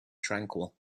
tranquil